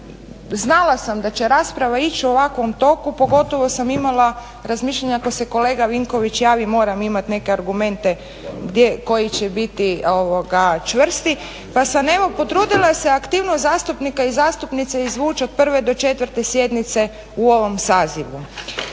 znala sam da će rasprava ići u ovakvom toku pogotovo sam imala razmišljanja ako se kolega Vinković javi moram imati neke argumente koji će biti čvrsti pa sam evo potrudila se aktivnost zastupnika i zastupnica izvući od prve do četvrte sjednice u ovom sazivu.